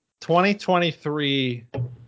2023